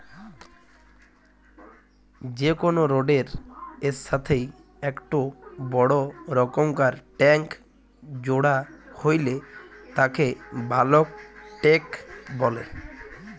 যে কোনো রোডের এর সাথেই একটো বড় রকমকার ট্যাংক জোড়া হইলে তাকে বালক ট্যাঁক বলে